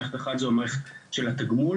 מערכת אחת זו המערכת של התגמול,